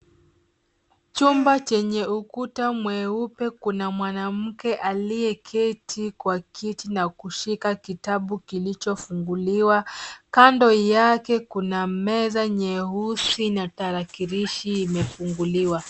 Chumba chenye ukuta mweupe. Kuna mwanamke aliye keti kwa kiti na kushika kitabu kilicho funguliwa. Kando yake kuna meza nyeusi na tarakilishi imefunguliwa.